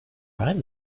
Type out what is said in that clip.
arrive